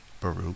Baruch